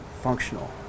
functional